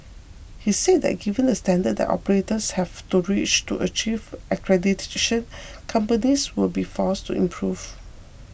he said that given the standards that operators have to reach to achieve accreditation companies will be forced to improve